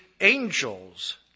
angels